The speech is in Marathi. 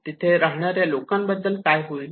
तेथे राहणाऱ्या लोकांबद्दल काय होईल